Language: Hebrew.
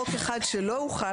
חוק אחד שלא הוחל,